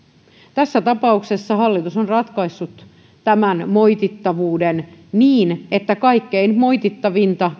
tässä tapauksessa hallitus on ratkaissut tämän moitittavuuden niin että kaikkein moitittavinta